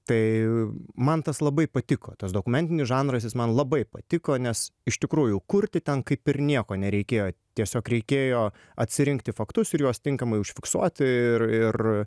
tai man tas labai patiko tas dokumentinis žanras jis man labai patiko nes iš tikrųjų kurti ten kaip ir nieko nereikėjo tiesiog reikėjo atsirinkti faktus ir juos tinkamai užfiksuoti ir ir